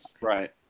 Right